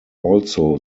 also